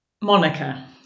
Monica